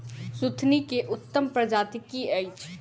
सुथनी केँ उत्तम प्रजाति केँ अछि?